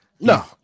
No